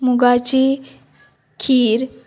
मुगाची खीर